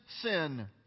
sin